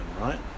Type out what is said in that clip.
right